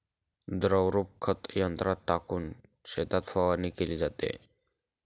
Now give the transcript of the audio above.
द्रवरूप खत यंत्रात टाकून शेतात फवारणी केली जाते